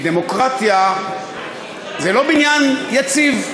כי דמוקרטיה זה לא בניין יציב,